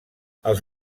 els